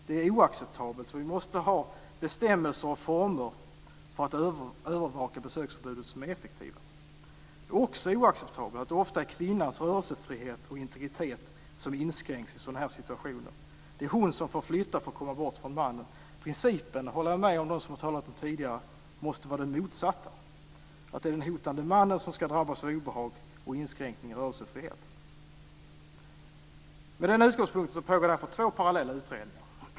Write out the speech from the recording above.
Det är oacceptabelt, och vi måste ha bestämmelser och former för att övervaka besöksförbudet som är effektiva. Det är också oacceptabelt att det ofta är kvinnans rörelsefrihet och integritet som inskränks i sådana här situationer. Det är hon som får flytta för att komma bort från mannen. Principen, och där håller jag med dem som har talat om detta tidigare, måste vara den motsatta, att det är den hotande mannen som ska drabbas av obehag och inskränkningar i rörelsefriheten. Med den utgångspunkten pågår därför två parallella utredningar.